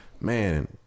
man